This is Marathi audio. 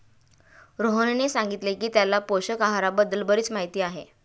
रोहनने सांगितले की त्याला पोषक आहाराबद्दल बरीच माहिती आहे